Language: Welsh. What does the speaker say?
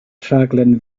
rhaglen